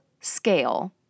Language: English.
scale